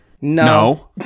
No